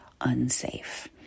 unsafe